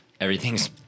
Everything's